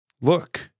Look